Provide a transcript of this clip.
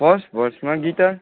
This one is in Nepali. फर्स्ट भर्समा गिटार